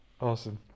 awesome